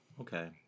Okay